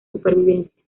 supervivencia